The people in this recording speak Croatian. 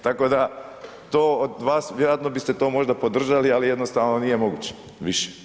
Tako da to od vas, vjerojatno biste to možda podržali, ali jednostavno nije moguće više.